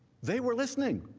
they were listening.